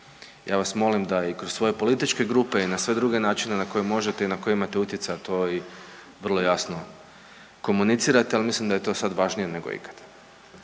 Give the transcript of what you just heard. Ja vas molim da i kroz svoje političke grupe i na sve druge načine na koje možete i na koje imate utjecaj to i vrlo jasno komunicirate, ali mislim da je to sad važnije nego ikad.